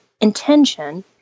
intention